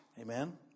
Amen